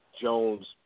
Jones